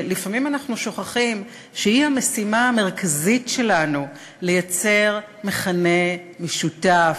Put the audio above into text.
שלפעמים אנחנו שוכחים שהיא המשימה המרכזית שלנו: לייצר מכנה משותף,